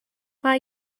mae